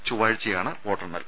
ചൊവ്വാഴ്ചയാണ് വോട്ടെണ്ണൽ